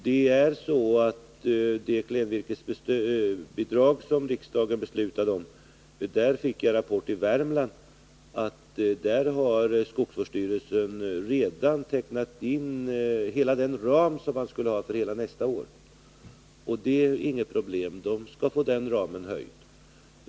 När det gäller det klenvirkesbidrag som riksdagen beslutat om har jag fått en rapport ifrån Värmland att skogsvårdstyrelsen där redan tecknat in ramen för hela nästa år. Detta är inget problem — man skall få ramen höjd.